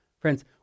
Friends